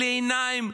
בלי עיניים,